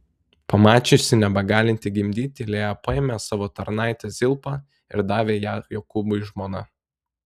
pamačiusi nebegalinti gimdyti lėja paėmė savo tarnaitę zilpą ir davė ją jokūbui žmona